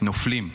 נופלים,